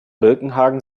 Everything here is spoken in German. birkenhagen